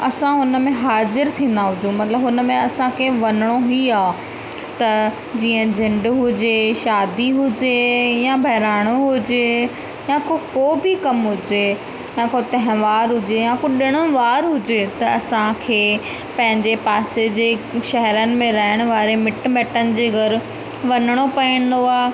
असां हुन में हाज़िरु थींदा हुजूं मतिलबु हुन में असां खे वञिणो ही आहे त जीअं झंडि हुजे शादी हुजे या बहिराणो हुजे या को को बि कमु हुजे या को त्योहारु हुजे या को ॾिणु वार हुजे त असां खे पंहिंजे पासे जे शहरनि में रहणु वारे मिटु माइटनि जे घरु वञिणो पवंदो आहे